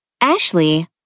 Ashley